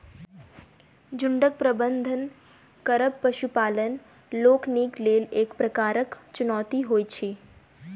झुंडक प्रबंधन करब पशुपालक लोकनिक लेल एक प्रकारक चुनौती होइत अछि